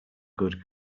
good